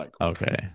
Okay